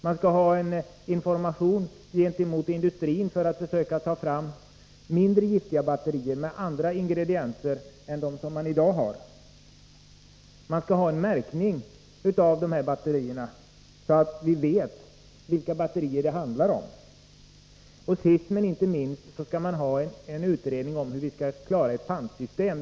Man skall vidare ha en information riktad till industrin för att försöka få tillverkarna att ta fram mindre giftiga batterier med andra ingredienser än de som förekommer i dag. Man skall ha en märkning av batterierna, så att vi vet vilka batterier det handlar om. Sist men inte minst skall man göra en utredning om hur vi skall kunna införa ett pantsystem.